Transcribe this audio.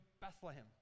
Bethlehem